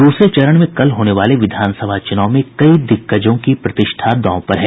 दूसरे चरण में कल होने वाले विधानसभा चुनाव में कई दिग्गजों की प्रतिष्ठा दांव पर है